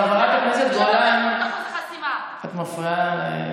חברת הכנסת גולן, את מפריעה לסגן השר.